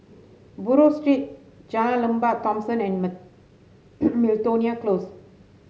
Buroh Street Jalan Lembah Thomson and Miltonia Close